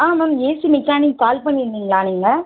ஆ ma'am AC mechanic call பண்ணியிருந்திங்களா நீங்கள்